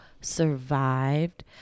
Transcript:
survived